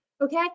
Okay